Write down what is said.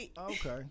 Okay